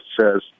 says